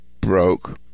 broke